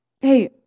Hey